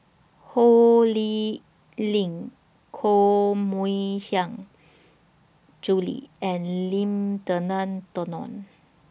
Ho Lee Ling Koh Mui Hiang Julie and Lim Denan Denon